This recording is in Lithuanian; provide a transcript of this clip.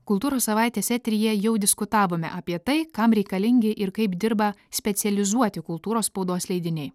kultūros savaitės eteryje jau diskutavome apie tai kam reikalingi ir kaip dirba specializuoti kultūros spaudos leidiniai